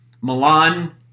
Milan